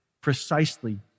precisely